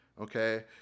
okay